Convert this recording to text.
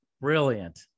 Brilliant